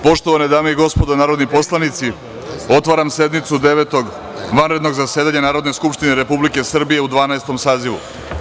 Poštovane dame i gospodo narodni poslanici, otvaram sednicu Devetog vanrednog zasedanja Narodne skupštine Republike Srbije u Dvanaestom sazivu.